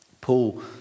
Paul